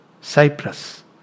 Cyprus